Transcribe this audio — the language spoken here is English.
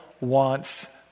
wants